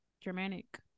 Germanic